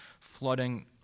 flooding